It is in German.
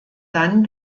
dann